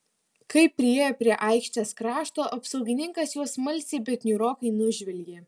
kai priėjo prie aikštės krašto apsaugininkas juos smalsiai bet niūrokai nužvelgė